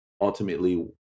ultimately